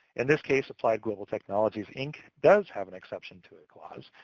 in this case, applied global technologies inc, does have an exception to a clause.